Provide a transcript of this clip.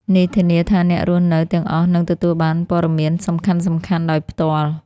នេះធានាថាអ្នករស់នៅទាំងអស់នឹងទទួលបានព័ត៌មានសំខាន់ៗដោយផ្ទាល់។